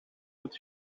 het